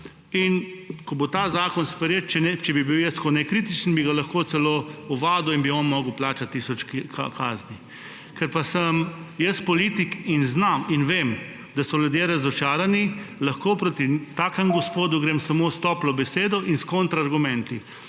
In ko bo ta zakon sprejet, če bi bil jaz tako nekritičen, bi ga lahko celo ovadil in bi on moral plačati tisoč evrov kazni. Ker pa sem jaz politik in znam in vem, da so ljudje razočarani, lahko proti takem gospodu grem samo s toplo besedo in s kontraargumenti.